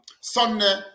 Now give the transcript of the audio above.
Sunday